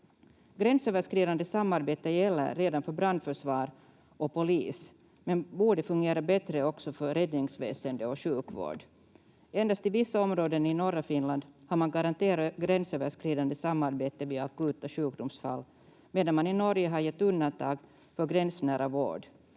Gränsöverskridande samarbete gäller redan för brandförsvar och polis men borde fungera bättre också för räddningsväsende och sjukvård. Endast i vissa områden i norra Finland har man garanterat gränsöverskridande samarbete vid akuta sjukdomsfall, medan man i Norge har gett undantag för gränsnära vård.